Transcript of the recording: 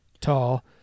tall